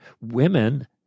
women